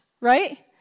right